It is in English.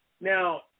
Now